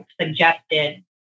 suggested